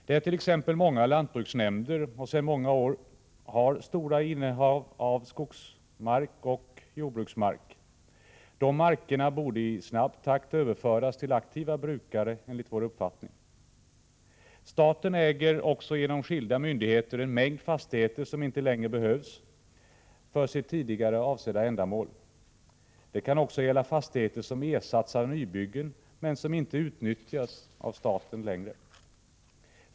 Det är t.ex. många lantbruksnämnder som sedan många år tillbaka har stora innehav av skogsmark och jordbruksmark. Dessa marker borde, enligt vår uppfattning, i snabb takt överföras till aktiva brukare. Staten äger också genom skilda myndigheter en mängd fastigheter som inte längre behövs för sitt tidigare ändamål. Det kan gälla fastigheter som har ersatts av nybyggnader och inte längre utnyttjas av staten.